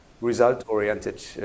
result-oriented